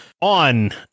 on